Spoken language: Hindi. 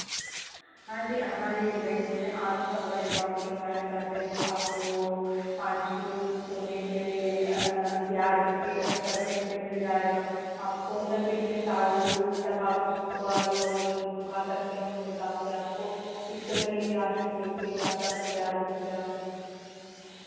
हाँ जी हमारी ही बैंक में आप अगर एकाउन्ट खुलवाना चाहते हैं तो आपको पाँच किलो सोने पर ब्याज भी अच्छा पर्सेंट पर मिल जाएगा आपको मतलब कितने साल तक आप उसका लोन चुका सकते हैं उस हिसाब से आपको किस्त बनेगी आपकी उसके हिसाब से आपको ब्याज मिल जाएगा